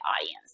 audience